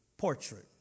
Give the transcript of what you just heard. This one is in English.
portrait